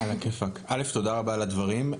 תודה על הדברים.